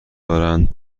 دارند